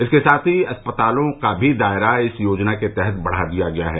इसके साथ ही अस्पतालों का भी दायरा इस योजना के तहत बढ़ा दिया गया है